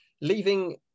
Leaving